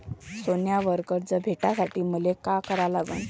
सोन्यावर कर्ज भेटासाठी मले का करा लागन?